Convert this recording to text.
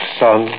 son